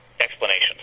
explanations